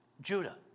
Judah